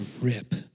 rip